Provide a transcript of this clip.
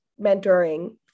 mentoring